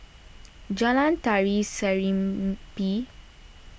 Jalan Tari Serimpi